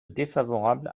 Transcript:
défavorable